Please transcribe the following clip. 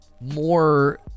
more